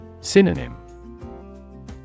Synonym